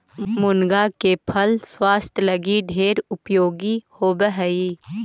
मुनगा के फल स्वास्थ्य लागी ढेर उपयोगी होब हई